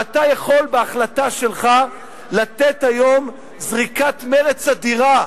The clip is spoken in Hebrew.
ואתה יכול בהחלטה שלך לתת היום זריקת מרץ אדירה